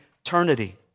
eternity